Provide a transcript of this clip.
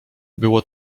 było